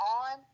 on